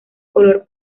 color